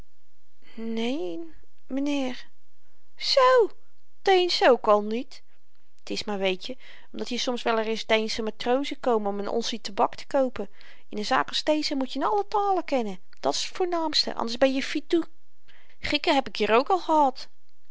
n m'nheer zoo deensch ook al niet t is maar weetje omdat hier soms wel reis deensche matrozen komen om n onssie tabak te koopen in n zaak als deze moet je n alle talen kennen dat's t voornaamste anders ben je fittu grieken heb ik hier ook al gehad